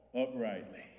uprightly